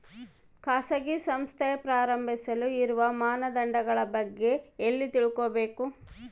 ಖಾಸಗಿ ಸಂಸ್ಥೆ ಪ್ರಾರಂಭಿಸಲು ಇರುವ ಮಾನದಂಡಗಳ ಬಗ್ಗೆ ಎಲ್ಲಿ ತಿಳ್ಕೊಬೇಕು?